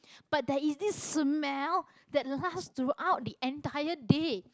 but there is this smell that lasts throughout the entire day